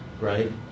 right